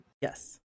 Yes